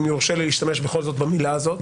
אם יורשה לי בכל זאת להשתמש במילה הזאת